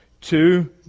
Two